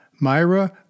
Myra